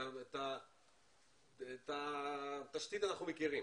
את התשתית אנחנו מכירים.